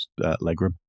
legroom